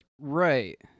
Right